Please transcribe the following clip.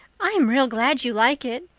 i'm real glad you like it.